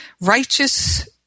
Righteous